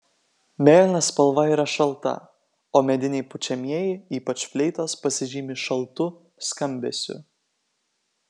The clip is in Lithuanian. mėlyna spalva yra šalta o mediniai pučiamieji ypač fleitos pasižymi šaltu skambesiu